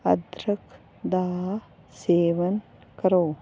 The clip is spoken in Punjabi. ਅਦਰਕ ਦਾ ਸੇਵਨ ਕਰੋ